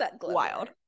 Wild